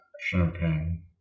champagne